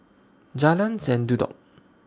Jalan Sendudok